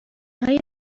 های